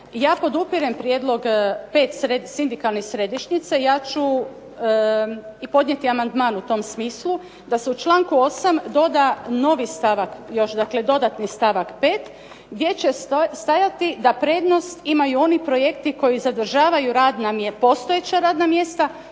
Ja podupirem prijedlog pet sindikalnih središnjica i ja ću i podnijeti amandman u tom smislu da se u članku 8. doda novi stavak, još dakle dodatni stavak 5. gdje će stajati da prednost imaju oni projekti koji zadržavaju postojeća radna mjesta,